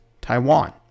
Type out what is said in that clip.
Taiwan